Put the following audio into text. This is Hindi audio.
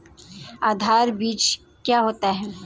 आधार बीज क्या होता है?